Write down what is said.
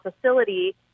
facility